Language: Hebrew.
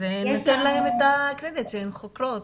אז ניתן להם את הקרדיט שהן חוקרות.